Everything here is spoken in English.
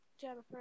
Jennifer